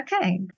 Okay